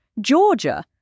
Georgia